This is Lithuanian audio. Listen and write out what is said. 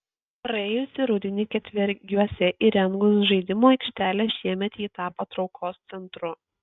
praėjusį rudenį ketvergiuose įrengus žaidimų aikštelę šiemet ji tapo traukos centru